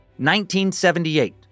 1978